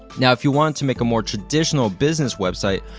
now, if you wanted to make a more traditional business website,